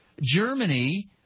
Germany